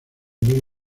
miles